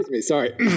Sorry